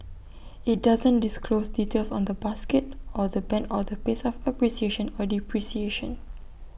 IT doesn't disclose details on the basket or the Band or the pace of appreciation or depreciation